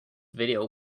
video